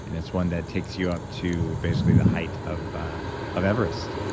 and it's one that takes you up to basically the height of ah of everest,